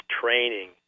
training